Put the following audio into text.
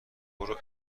برو